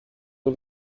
you